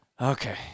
Okay